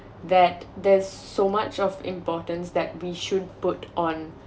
that there's so much of importance that we should put on